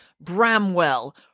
Bramwell